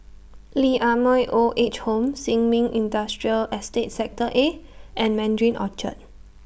Lee Ah Mooi Old Age Home Sin Ming Industrial Estate Sector A and Mandarin Orchard